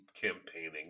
campaigning